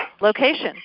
location